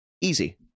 easy